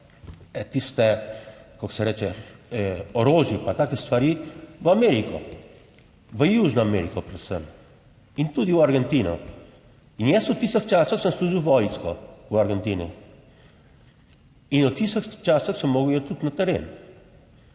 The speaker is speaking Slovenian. reče, orožje, pa take stvari, v Ameriko. V Južno Ameriko predvsem in tudi v Argentino. In jaz v tistih časih sem služil vojsko, v Argentini in v tistih časih sem moral iti tudi na teren.